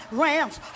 rams